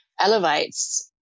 elevates